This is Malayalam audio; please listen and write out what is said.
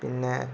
പിന്നെ